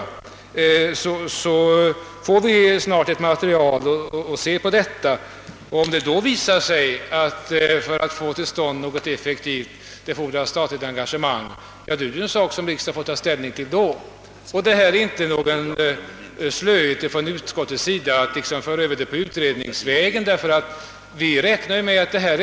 Vi får alltså snart ett material att studera, och om det visar sig att det fordras statligt engagemang för att få till stånd något effektivt, är det en fråga som riksdagen då får ta ställning till. Detta betyder dock inte att utskottet av ren slöhet vill föra över spörsmålet till utredningen.